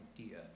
idea